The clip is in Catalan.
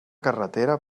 carretera